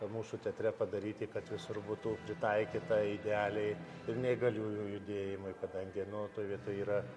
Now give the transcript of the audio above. mūsų teatre padaryti kad visur būtų pritaikyta idealiai ir neįgaliųjų judėjimui kadangi nu toj vietoj yra